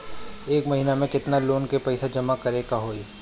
एक महिना मे केतना लोन क पईसा जमा करे क होइ?